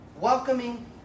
welcoming